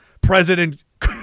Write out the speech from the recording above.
President